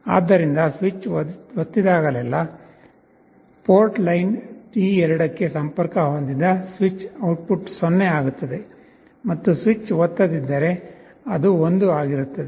ಆದ್ದರಿಂದ ಸ್ವಿಚ್ ಒತ್ತಿದಾಗಲೆಲ್ಲಾ port line D2 ಗೆ ಸಂಪರ್ಕ ಹೊಂದಿದ ಸ್ವಿಚ್ ಔಟ್ಪುಟ್ 0 ಆಗುತ್ತದೆ ಮತ್ತು ಸ್ವಿಚ್ ಒತ್ತದಿದ್ದರೆ ಅದು 1 ಆಗಿರುತ್ತದೆ